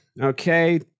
okay